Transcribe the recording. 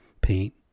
paint